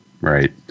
right